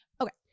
Okay